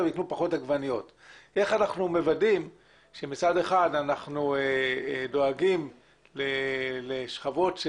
איך אנחנו מוודאים שמצד אחד אנחנו דואגים לשכבות של